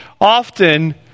often